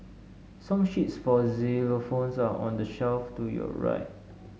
song sheets for xylophones are on the shelf to your right